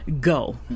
go